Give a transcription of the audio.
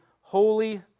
holy